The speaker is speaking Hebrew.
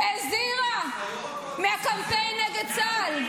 הזהירה מהקמפיין נגד צה"ל.